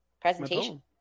presentation